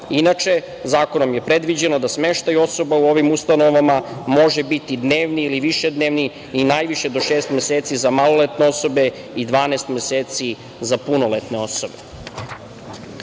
Inače, zakonom je predviđeno da smeštaj osoba u ovim ustanovama može biti dnevni, ili višednevni, i najviše do šest meseci za maloletne osobe i 12 meseci za punoletne